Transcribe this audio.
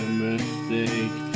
mistake